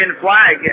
flag